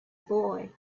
boy